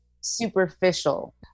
superficial